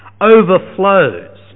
overflows